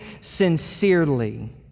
sincerely